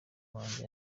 wanjye